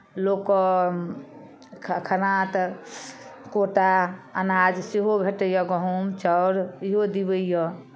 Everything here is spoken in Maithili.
लोककेँ खाना तऽ कोटा अनाज सेहो भेटैए गहूम चाउर इहो देबैए